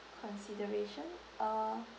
consideration uh